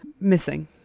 missing